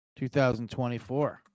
2024